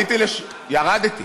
ירדתי.